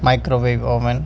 microwave oven